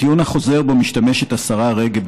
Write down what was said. הטיעון החוזר שבו משתמשת השרה רגב,